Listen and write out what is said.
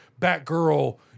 Batgirl